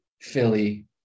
Philly